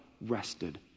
rested